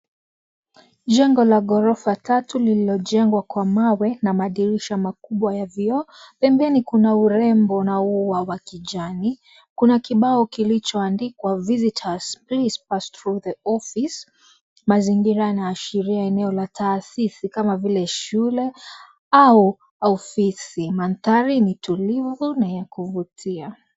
Jengo la ghorofa tatu, lililojengwa kwa mawe, na madirisha makubwa ya vyoo. Pembeni kuna urembo na ua wa kijani. Kuna kibao kilichoandikwa visitors please pass through the office . Mazingira yanaashiria eneo la taasisi kama vile shule au ofisi. Mandhari ni tulivu, na ya kuvutia.